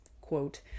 quote